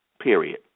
period